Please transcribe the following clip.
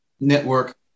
Network